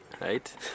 right